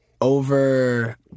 over